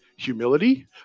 Humility